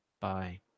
Bye